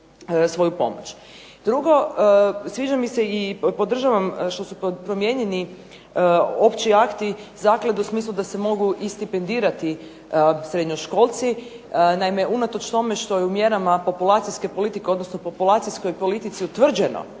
svoju pomoć. Drugo, sviđa mi se i podržavam što su promijenjeni opći akti Zaklade u smislu da se mogu i stipendirati srednjoškolci. Naime, unatoč tome što je u mjerama populacijske politike, odnosno populacijskoj politici utvrđeno,